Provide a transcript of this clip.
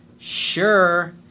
Sure